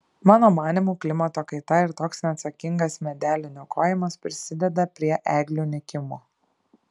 mano manymu klimato kaita ir toks neatsakingas medelių niokojimas prisideda prie eglių nykimo